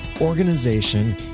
organization